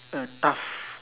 uh tough